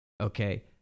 Okay